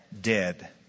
dead